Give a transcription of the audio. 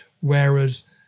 Whereas